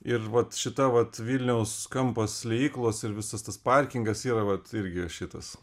ir vat šita vat vilniaus kampas liejyklos ir visas tas parkingas yra vat irgi šitas